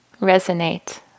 resonate